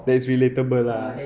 that's relatable lah